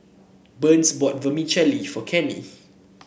Burns bought Vermicelli for Kenney